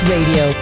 Radio